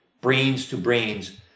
brains-to-brains